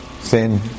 Sin